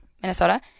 Minnesota